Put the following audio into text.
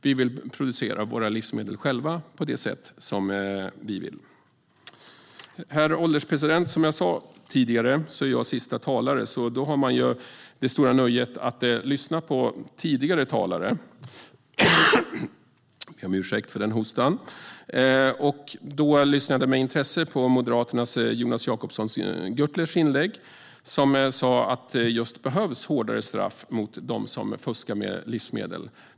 Vi vill producera våra livsmedel själva på det sätt som vi vill. Herr ålderspresident! Som jag sa tidigare är jag siste talare. Då har man det stora nöjet att ha fått lyssna på tidigare talare. Jag lyssnade med intresse på Moderaternas Jonas Jacobsson Gjörtlers inlägg. Han sa att det behövs hårdare straff för dem som fuskar med livsmedel.